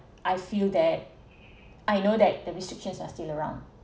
I feel that I know that the restrictions are still around